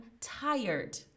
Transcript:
tired